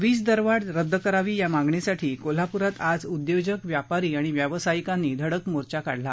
वीज दरवाढ रद्द करावी या मागणीसाठी कोल्हापुरात आज उद्योजक व्यापारीआणि व्यावसायिकांनी धडक मोर्चा काढला